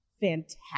fantastic